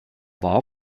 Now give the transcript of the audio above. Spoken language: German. war